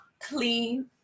clean